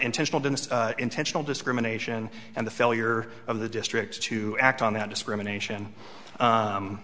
intentional intentional discrimination and the failure of the district to act on that discrimination